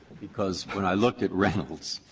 because when i looked at reynolds,